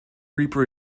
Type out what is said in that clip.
reaper